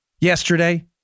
yesterday